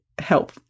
help